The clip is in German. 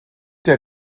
der